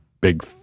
big